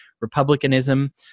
republicanism